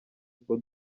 kuko